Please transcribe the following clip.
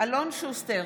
אלון שוסטר,